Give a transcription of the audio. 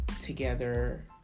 together